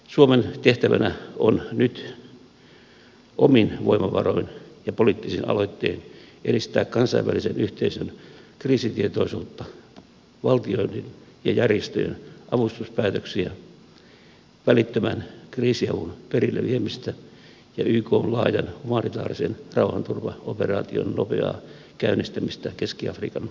suomen tehtävänä on nyt omin voimavaroin ja poliittisin aloittein edistää kansainvälisen yhteisön kriisitietoisuutta valtioiden ja järjestöjen avustuspäätöksiä välittömän kriisiavun perille viemistä ja ykn laajan humanitaarisen rauhanturvaoperaation nopeaa käynnistämistä keski afrikan tasavallassa